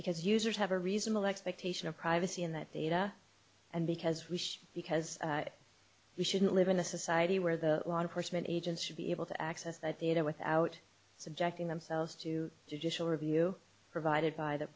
because users have a reasonable expectation of privacy in that data and because we should because we shouldn't live in a society where the law enforcement agents should be able to access the theater without subjecting themselves to judicial review provided by the